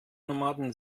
nomaden